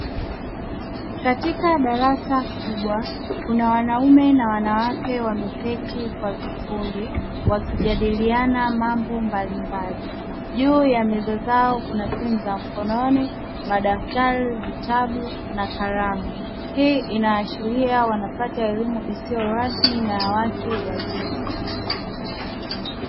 Katika darasa kubwa kuna wanaume na wanawake wameketi kwa vikundi wakijadiliana mambo mbalimbali. Juu ya meza zao kuna simu za mkononi, madaftari, vitabu na kalamu. Hii inaashiria wanapata elimu isiyo rasmi na ya watu wazima.